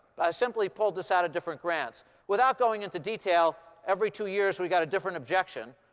i simply pulled this out of different grants. without going into detail, every two years, we got a different objection.